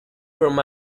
from